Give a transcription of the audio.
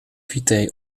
vitae